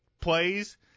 Plays